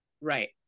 Right